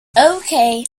okay